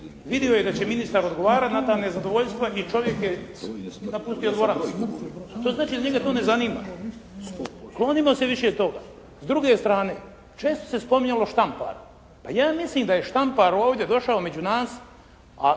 Vidio je da će ministar odgovarati na ta nezadovoljstva i čovjek je napustio dvoranu. To znači da njega to ne zanima. Klonimo se više toga. S druge strane, često se spominjalo Štampara. Pa ja mislim da je Štampar došao ovdje među nas,